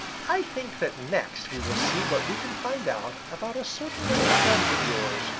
i think that next we will see what we can find out about a certain little friend of yours,